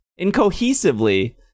incohesively